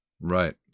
right